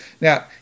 now